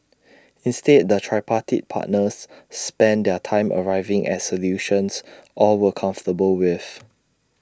instead the tripartite partners spent their time arriving at solutions all were comfortable with